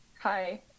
Hi